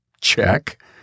Check